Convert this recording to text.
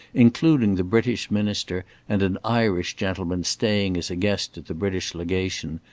including the british minister and an irish gentleman staying as a guest at the british legation,